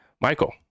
Michael